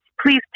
please